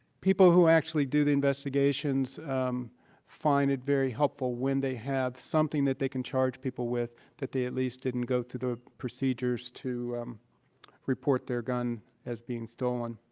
people who actually do the investigations find it very helpful when they have something that they can charge people with, that they at least didn't go through the procedures to report their gun as being stolen.